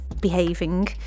behaving